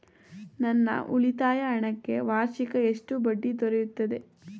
ನನ್ನ ಉಳಿತಾಯ ಹಣಕ್ಕೆ ವಾರ್ಷಿಕ ಎಷ್ಟು ಬಡ್ಡಿ ದೊರೆಯುತ್ತದೆ?